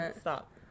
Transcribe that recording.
stop